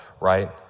right